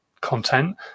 content